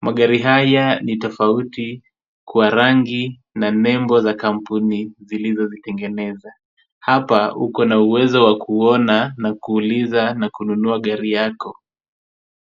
Magari haya ni tofauti kwa rangi na nembo za kampuni zilizozitengeneza, hapa uko na uwezo wa kuona na kuuliza na kununua gari yako.